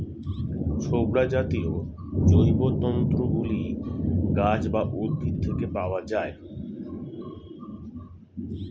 ছোবড়া জাতীয় জৈবতন্তু গুলি গাছ বা উদ্ভিদ থেকে পাওয়া যায়